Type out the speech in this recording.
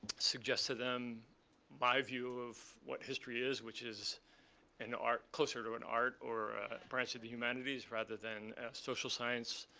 suggest to them my view of what history is, which is an art closer to an art or a branch of the humanities rather than a social science,